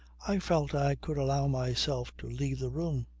i felt i could allow myself to leave the room.